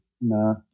No